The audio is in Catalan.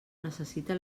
necessita